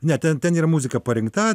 ne ten ten yra muzika parinkta